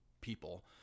people